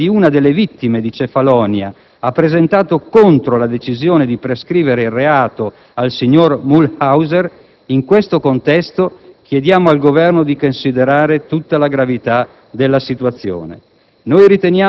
che la figlia di una delle vittime di Cefalonia ha presentato contro la decisione di prescrivere il reato al signor Mühlhauser, in questo contesto chiediamo al Governo di considerare tutta la gravità della situazione.